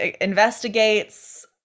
investigates